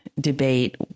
debate